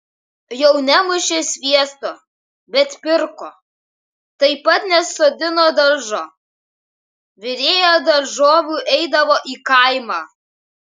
jau nemušė sviesto bet pirko taip pat nesodino daržo virėja daržovių eidavo į kaimą